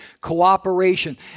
cooperation